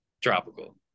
Tropical